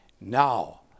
Now